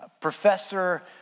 Professor